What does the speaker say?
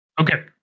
Okay